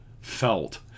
felt